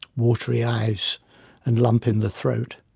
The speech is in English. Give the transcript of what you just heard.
watery eyes and lump in the throat.